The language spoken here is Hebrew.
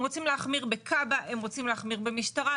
הם רוצים להחמיר בכב"ה, הם רוצים להחמיר במשטרה.